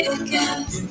again